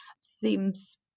Seems